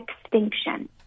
extinction